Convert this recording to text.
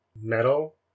metal